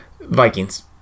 Vikings